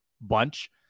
bunch